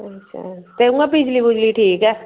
अच्छा ते इयां बिजली बुजली ठीक ऐ